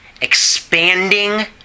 expanding